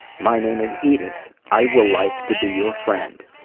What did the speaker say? my name is edith. i will like to be your friend.